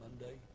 Monday